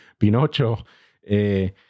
Pinocho